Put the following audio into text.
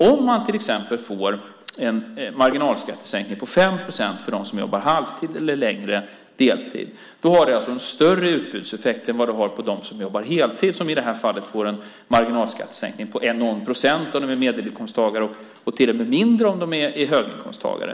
Om man till exempel får en marginalskattesänkning på 5 procent för dem som jobbar halvtid eller längre deltid har det en större utbudseffekt än vad du har på dem som jobbar heltid som i det här fallet får en marginalskattesänkning på 2 procent om de är medelinkomsttagare och till och med mindre om de är höginkomsttagare.